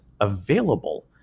available